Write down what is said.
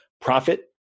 profit